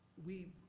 we,